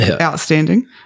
outstanding